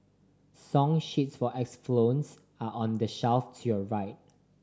song sheets for are on the shelf to your right